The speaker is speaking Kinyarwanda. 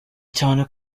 cyane